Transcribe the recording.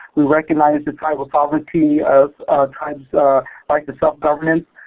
we recognize the tribal sovereignty of tribes like the self-governance.